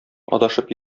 адашып